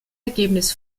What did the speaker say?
ergebnis